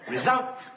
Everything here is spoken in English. Result